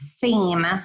theme